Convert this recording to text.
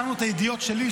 העשרנו את הידיעות שלי,